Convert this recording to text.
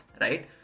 right